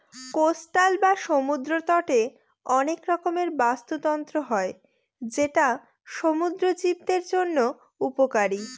coastal বা সমুদ্র তটে অনেক রকমের বাস্তুতন্ত্র হয় যেটা সমুদ্র জীবদের জন্য উপকারী